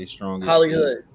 Hollywood